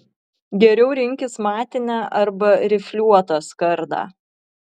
geriau rinktis matinę arba rifliuotą skardą